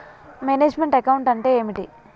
Manage meant account అంటే ఏమిటి?